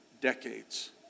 decades